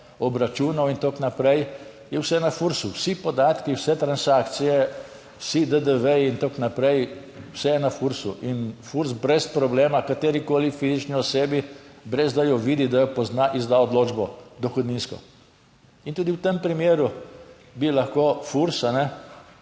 obračunov in tako naprej, je vse na FURS-u, vsi podatki, vse transakcije, vsi DDV in tako naprej, vse je na FURS-u. In FURS brez problema katerikoli fizični osebi, brez da jo vidi, da jo pozna, izda odločbo dohodninsko in tudi v tem primeru bi lahko FURS